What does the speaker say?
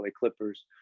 Clippers